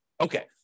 Okay